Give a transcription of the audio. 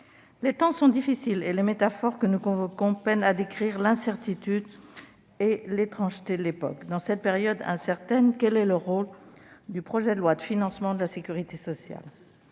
les temps sont difficiles et les métaphores que nous convoquons peinent à décrire l'incertitude et l'étrangeté de l'époque. Dans cette période incertaine, quel est le rôle du projet de loi de financement de la sécurité sociale ?